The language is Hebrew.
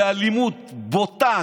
באלימות בוטה,